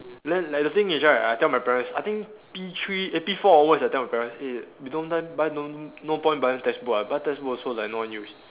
then like the thing is right I tell my parents I think P three eh P four onwards I tell my parents eh we don't them buy don't no point buying textbook ah buy textbook also like no use